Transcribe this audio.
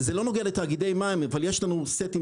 זה לא נוגע לתאגידי מים אבל יש לנו סטים